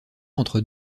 entre